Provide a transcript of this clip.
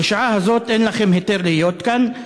בשעה הזאת אין לכם היתר להיות כאן,